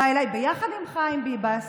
בא אליי, ויחד עם חיים ביבס